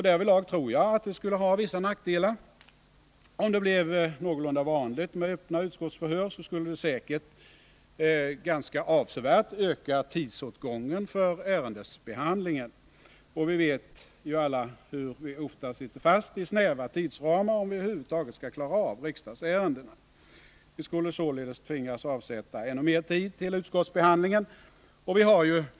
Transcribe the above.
Härvidlag tror jag att det skulle ha vissa nackdelar. Om det blev någorlunda vanligt med öppna utskottsförhör skulle det säkert öka tidsåtgången för ärendebehandlingen. Vi vet hur vi ofta sitter fast i snäva tidsramar, om vi över huvud taget skall klara av riksdagsärendena. Vi skulle således tvingas avsätta ännu mera tid till utskottsbehandlingen. Vi har ju.